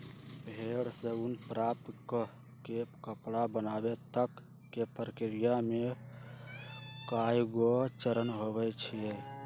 भेड़ से ऊन प्राप्त कऽ के कपड़ा बनाबे तक के प्रक्रिया में कएगो चरण होइ छइ